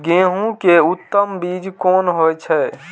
गेंहू के उत्तम बीज कोन होय छे?